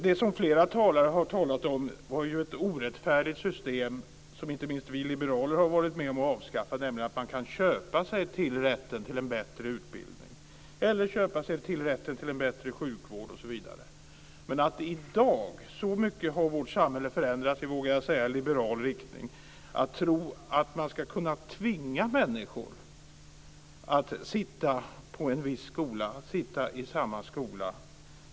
Det som flera talare har talat om var ett orättfärdigt system, som inte minst vi liberaler var med om att avskaffa, nämligen att man kunde köpa sig rätten till en bättre utbildning, en bättre sjukvård osv. Men att i dag tro att man kan tvinga människor att sitta i en viss skola är helt fel. Så mycket vågar jag säga att vårt samhälle har förändrats i liberal riktning.